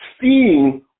seeing